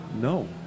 no